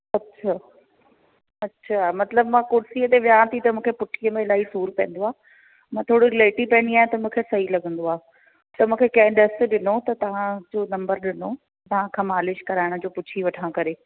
अच्छा अच्छा मतिलबु मां कुर्सीअ ते विया थी त मूंखे पुठीअ में इलाही सूर पवंदो आहे मां थोरो लेटी वेंदी आहे त मूंखे सही लॻंदो आहे त मूंखे कंहिं ॾसु ॾिनो त तव्हां जो नंबर ॾिनो तव्हां खां मालिश कराइण जो पुछी वठां करे